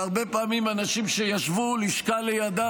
והרבה פעמים אנשים שישבו לשכה לידם